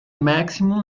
maximum